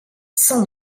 sans